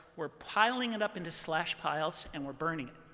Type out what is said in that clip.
we're piling it up into slash piles, and we're burning.